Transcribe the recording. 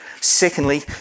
Secondly